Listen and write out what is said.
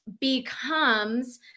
becomes